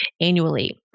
annually